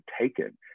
taken